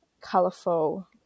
colorful